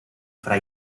fra